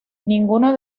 ninguno